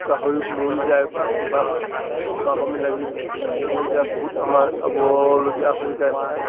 গাহৰি মৰি যায় বা কিবা হয় আকৌ বেমাৰ লাগি মৰি যায় বহুত আমাৰ চাবলগীয়া হৈ যায় প্ৰায়